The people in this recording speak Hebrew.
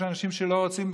יש אנשים שלא רוצים,